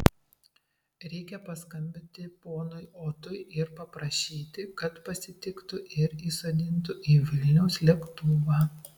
reikia paskambinti ponui otui ir paprašyti kad pasitiktų ir įsodintų į vilniaus lėktuvą